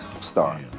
star